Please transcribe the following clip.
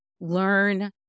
learn